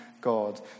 God